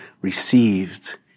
received